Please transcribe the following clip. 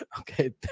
Okay